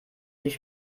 dich